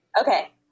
Okay